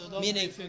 Meaning